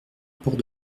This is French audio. port